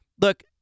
look